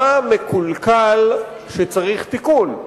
מה מקולקל שצריך תיקון.